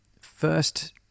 first